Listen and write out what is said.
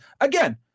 again